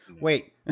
wait